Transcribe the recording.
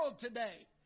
today